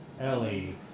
Ellie